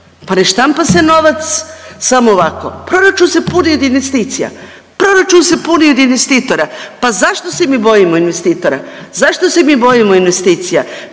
Pa ne štampa se novac samo ovako. Proračun se puni od investicija, proračun se puni od investitora. Pa zašto se mi bojimo investitora? Zašto se mi bojimo investicija?